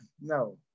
No